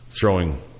throwing